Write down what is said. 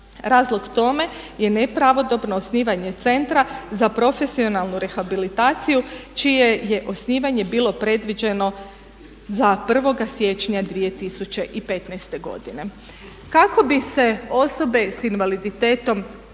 Razlog tome je nepravodobno osnivanje centra za profesionalnu rehabilitaciju čije je osnivanje bilo predviđeno za 1. siječnja 2015. godine. Kako bi se osobe s invaliditetom